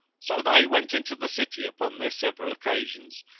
so they went into the city upon their several occasions,